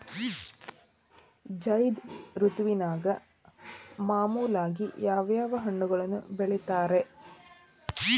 ಝೈದ್ ಋತುವಿನಾಗ ಮಾಮೂಲಾಗಿ ಯಾವ್ಯಾವ ಹಣ್ಣುಗಳನ್ನ ಬೆಳಿತಾರ ರೇ?